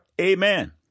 Amen